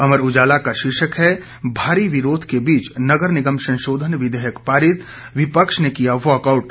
अमर उजाला का शीर्षक है भारी विरोध के बीच नगर निगम संशोधन विधेयक पारित विपक्ष ने किया वॉकआउट